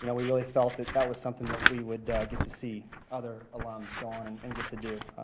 you know we really felt that that was something that we would get to see other alums go on and and get to do.